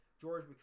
George